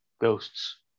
ghosts